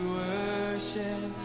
worship